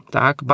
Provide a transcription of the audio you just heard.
tak